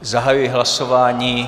Zahajuji hlasování.